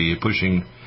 pushing